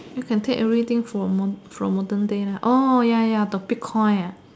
you can take everything from mo~ from modern day lah orh ya ya got big coin ah